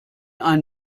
ein